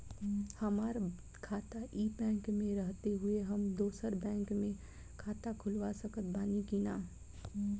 हमार खाता ई बैंक मे रहते हुये हम दोसर बैंक मे खाता खुलवा सकत बानी की ना?